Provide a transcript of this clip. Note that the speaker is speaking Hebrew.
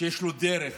שיש לו דרך